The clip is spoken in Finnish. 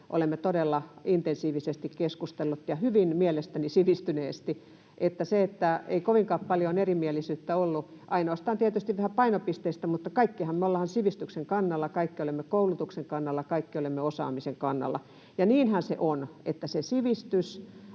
olemme todella intensiivisesti keskustelleet ja mielestäni hyvin sivistyneesti. Ei kovinkaan paljon erimielisyyttä ollut, ainoastaan tietysti vähän painopisteistä, mutta kaikkihan me ollaan sivistyksen kannalla, kaikki olemme koulutuksen kannalla, kaikki olemme osaamisen kannalla. Ja niinhän se on, että se sivistys